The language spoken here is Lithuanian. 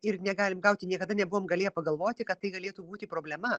ir negalim gauti niekada nebuvom galėję pagalvoti kad tai galėtų būti problema